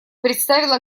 представило